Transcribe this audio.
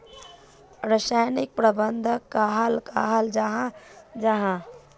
रासायनिक प्रबंधन कहाक कहाल जाहा जाहा?